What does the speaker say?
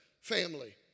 family